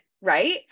right